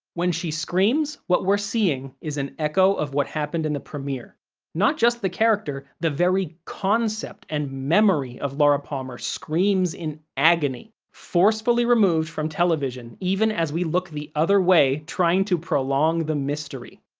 when she screams, what we're seeing is an echo of what happened in the premiere not just the character, the very concept and memory of laura palmer screams in agony, forcefully removed from television even as we look the other way trying to prolong the mystery.